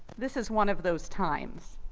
this is one of those times.